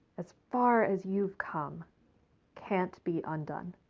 as far as you've come can't be undone.